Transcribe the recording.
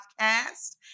podcast